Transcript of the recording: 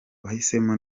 wahisemo